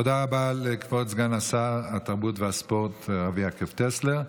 תודה רבה לכבוד סגן השר התרבות והספורט רבי יעקב טסלר.